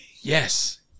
Yes